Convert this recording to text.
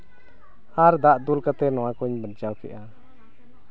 ᱟᱨ ᱫᱟᱜ ᱫᱩᱞ ᱠᱟᱛᱮᱫ ᱱᱚᱣᱟᱠᱚᱧ ᱵᱟᱧᱪᱟᱣ ᱠᱮᱜᱼᱟ